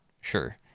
Sure